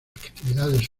actividades